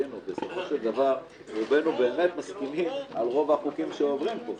בסופו של דבר רובנו מסכימים על רוב החוקים שעוברים פה.